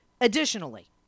Additionally